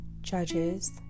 judges